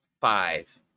five